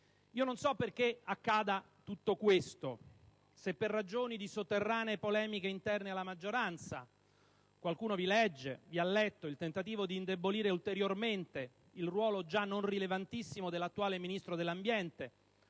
Io non so perché accada tutto ciò, se per ragioni di sotterranee polemiche interne alla maggioranza (qualcuno vi ha letto il tentativo di indebolire ulteriormente il ruolo già non rilevantissimo dell'attuale Ministro dell'ambiente,